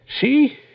see